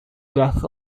death